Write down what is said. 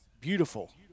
beautiful